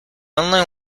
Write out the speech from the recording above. only